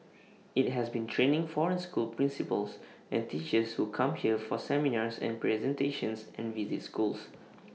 IT has been training foreign school principals and teachers who come here for seminars and presentations and visit schools